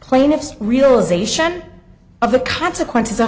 plaintiff's realisation of the consequences of